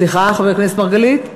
סליחה, חבר הכנסת מרגלית?